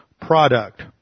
product